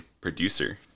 producer